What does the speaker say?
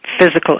physical